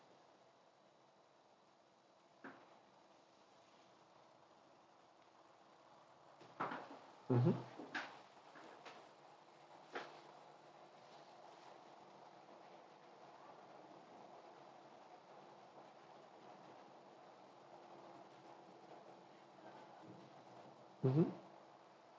mmhmm mmhmm